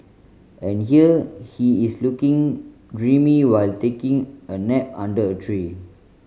and here he is looking dreamy while taking a nap under a tree